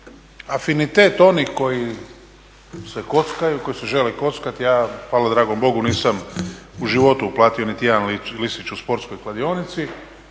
Afinitet onih koji se kockaju, koji se žele kockat, ja hvala dragom Bogu nisam u životu uplatio niti jedan listić u sportskoj kladionici,